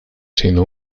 siendo